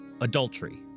Adultery